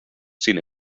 sin